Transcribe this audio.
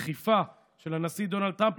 בדחיפה של הנשיא דונלד טראמפ,